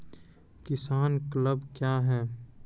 किसान क्लब क्या हैं?